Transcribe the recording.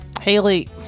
Haley